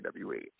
WWE